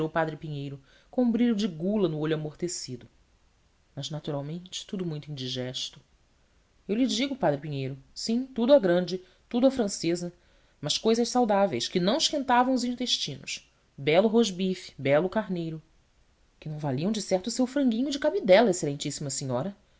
padre pinheiro com um brilho de gula no olho amortecido mas naturalmente tudo muito indigesto eu lhe digo padre pinheiro sim tudo à grande tudo à francesa mas cousas saudáveis que não esquentavam os intestinos belo rosbife belo carneiro que não valiam decerto o seu franguinho de cabidela excelentíssima senhora